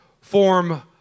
form